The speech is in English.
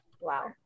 Wow